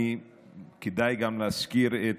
כדאי גם להזכיר את